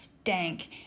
stank